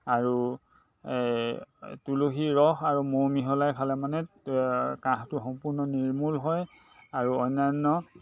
আৰু তুলসী ৰস আৰু মৌ মিহলাই ফালে মানে কাঁহটো সম্পূৰ্ণ নিৰ্মূল হয় আৰু অন্যান্য